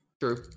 True